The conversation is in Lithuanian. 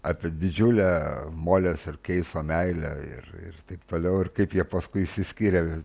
apie didžiulę molės ir keiso meilę ir ir taip toliau ir kaip jie paskui išsiskyrė